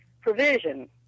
provision